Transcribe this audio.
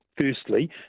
Firstly